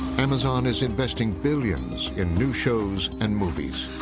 amazon is investing billions in new shows and movies.